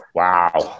wow